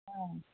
ஆ